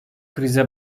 krize